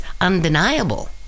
undeniable